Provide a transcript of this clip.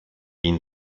ihn